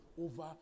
over